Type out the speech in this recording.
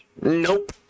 Nope